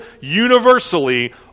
universally